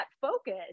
focus